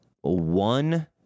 one